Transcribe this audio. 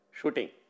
shooting